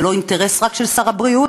זה לא אינטרס רק של שר הבריאות,